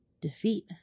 defeat